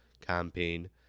Campaign